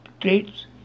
traits